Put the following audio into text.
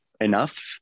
enough